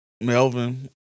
Melvin